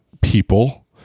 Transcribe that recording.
people